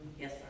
Yes